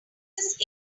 this